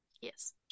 Yes